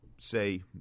say